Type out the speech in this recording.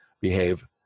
behave